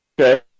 Okay